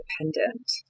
independent